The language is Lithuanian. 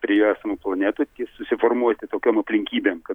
prie esamų planetų jie susiformuoti tokiom aplinkybėm kad